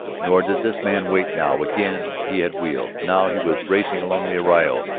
nor did this man wait now. again he had wheeled now he was racing along the arroyo,